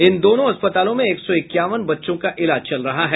इन दोनों अस्पतालों में एक सौ इक्यावन बच्चों का इलाज चल रहा है